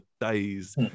days